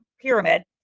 pyramid